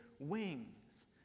wings